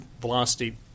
Velocity